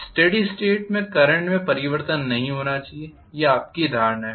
steady state में current में परिवर्तन नहीं होना चाहिए यह आपकी धारणा है